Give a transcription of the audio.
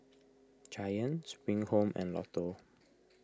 Giant Spring Home and Lotto